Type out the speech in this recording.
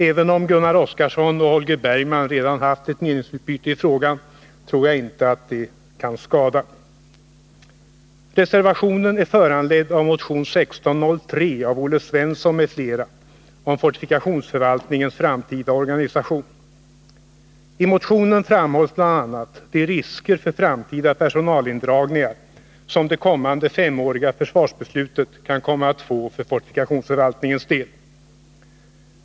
Även om Gunnar Oskarson och Holger Bergman redan haft ett meningsutbyte i frågan, tror jag inte att det skadar. Reservationen är föranledd av motion 1603 av Olle Svensson m.fl. om fortifikationsförvaltningens framtida organisation. I motionen framhålls bl.a. de risker för framtida personalindragningar som det kommande femåriga försvarsbeslutet kan komma att få för fortifikationsförvaltningens del.